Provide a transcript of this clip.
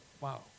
wow